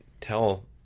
tell